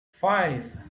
five